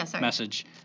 message